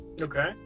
Okay